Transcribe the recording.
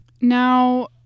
Now